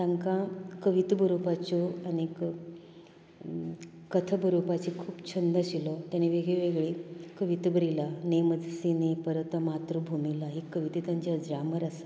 तांका कविता बरोवपाच्यो आनीक कथा बरोवपाची खूब छंद आशिल्लो ताणी वेगवेगळीं कविता बरयलां ने मजसिने परत मातृभुमिला ही कविता तांची अज्रांवर आसा